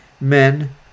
men